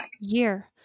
year